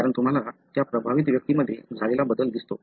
कारण तुम्हाला त्या प्रभावित व्यक्तीमध्ये झालेला बदल दिसतो